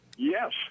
Yes